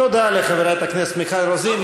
תודה לחברת הכנסת מיכל רוזין.